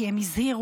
כי הם הזהירו,